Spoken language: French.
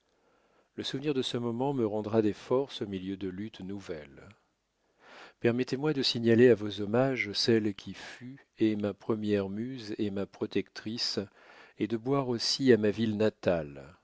le souvenir de ce moment me rendra des forces au milieu de luttes nouvelles permettez-moi de signaler à vos hommages celle qui fut et ma première muse et ma protectrice et de boire aussi à ma ville natale